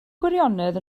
gwirionedd